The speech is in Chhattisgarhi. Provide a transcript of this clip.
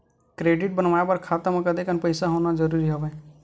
क्रेडिट बनवाय बर खाता म कतेकन पईसा होना जरूरी हवय?